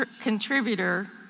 contributor